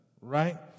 right